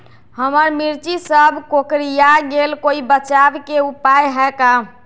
हमर मिर्ची सब कोकररिया गेल कोई बचाव के उपाय है का?